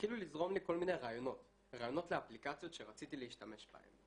והתחילו לזרום לי כל מיני רעיונות לאפליקציות שרציתי להשתמש בהן.